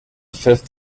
fifth